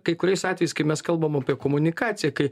kai kuriais atvejais kai mes kalbam apie komunikaciją kai